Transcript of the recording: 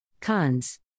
Cons